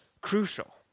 crucial